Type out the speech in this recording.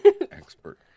Expert